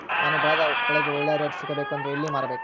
ನಾನು ಬೆಳೆದ ಬೆಳೆಗೆ ಒಳ್ಳೆ ರೇಟ್ ಸಿಗಬೇಕು ಅಂದ್ರೆ ಎಲ್ಲಿ ಮಾರಬೇಕು?